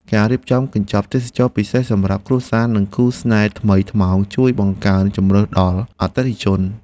ការរៀបចំកញ្ចប់ទេសចរណ៍ពិសេសសម្រាប់គ្រួសារ និងគូស្នេហ៍ថ្មីថ្មោងជួយបង្កើនជម្រើសដល់អតិថិជន។